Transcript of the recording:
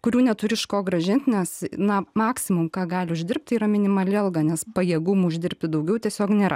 kurių neturi iš ko grąžint nes na maksimum ką gali uždirbt tai yra minimali alga nes pajėgumų uždirbti daugiau tiesiog nėra